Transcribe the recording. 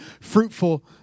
fruitful